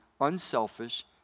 unselfish